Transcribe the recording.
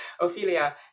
Ophelia